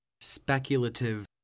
speculative